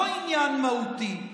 לא עניין מהותי.